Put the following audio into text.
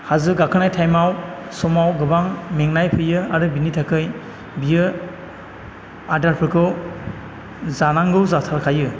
हाजो गाखोनाय टाइमाव समाव गोबां मेंनाय फैयो आरो बिनि थाखाय बियो आदारफोरखौ जानांगौ जाथारखायो